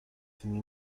from